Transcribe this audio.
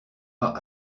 pas